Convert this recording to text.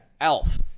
Elf